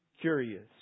curious